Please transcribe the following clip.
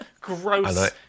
gross